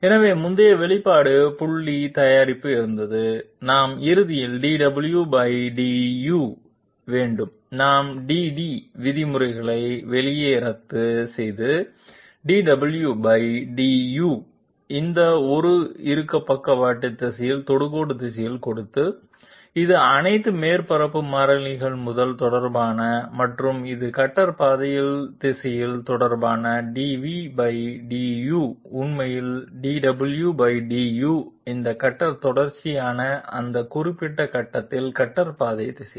எனவே முந்தைய வெளிப்பாடு புள்ளி தயாரிப்பு இருந்து நாம் இறுதியில் dw du வேண்டும் நாம் டிடி விதிமுறைகள் வெளியே ரத்து dw du இந்த ஒரு இருக்க பக்கவாட்டில் திசையில் தொடுகோடு திசையில் கொடுத்து அது அனைத்து மேற்பரப்பு மாறிலிகள் முதல் தொடர்பான மற்றும் அது கட்டர் பாதை திசையில் தொடர்பான dvdu உண்மையில் dw du இந்த கட்டர் தொடர்பான அந்த குறிப்பிட்ட கட்டத்தில் கட்டர் பாதை திசையில்